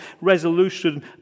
resolution